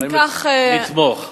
נתמוך.